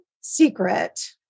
secret